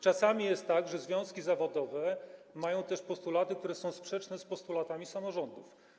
Czasami jest tak, że związki zawodowe mają też postulaty, które są sprzeczne z postulatami samorządów.